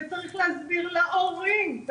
וצריך להסביר להורים,